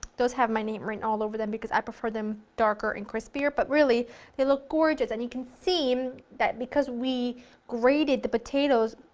those have my name written all over them because i prefer them darker and crispier, but really they look gorgeous and you can see, that because we grated the potatoes,